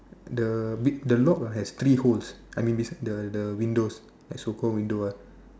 the big the lock ah has three holes I mean this the the windows like so called window ah